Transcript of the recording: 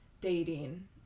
dating